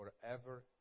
Forever